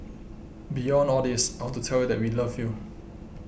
beyond all this I want to tell you that we love you